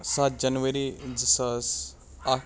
سَتھ جنؤری زٕ ساس اَکھ